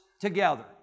together